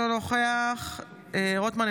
אינו נוכח שמחה רוטמן,